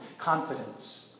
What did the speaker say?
confidence